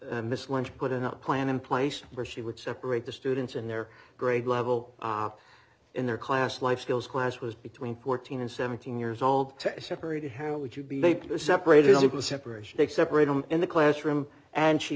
misled put in a plan in place where she would separate the students in their grade level in their class life skills class was between fourteen and seventeen years old separated how would you be separated if you can separation take separate i'm in the classroom and she